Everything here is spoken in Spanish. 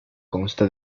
consta